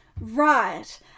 Right